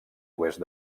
oest